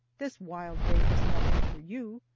this wild day has nothing for you.